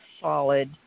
solid